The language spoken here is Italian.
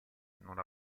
non